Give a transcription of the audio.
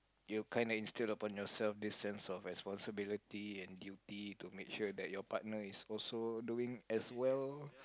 you kind of instill upon yourself this sense of responsibility and duty to make sure that your partner is also doing as well